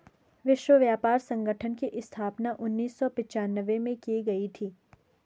विश्व व्यापार संगठन की स्थापना उन्नीस सौ पिच्यानवे में की गई थी